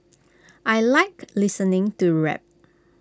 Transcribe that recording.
I Like listening to rap